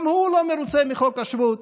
גם הוא לא מרוצה מחוק השבות.